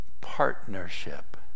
Partnership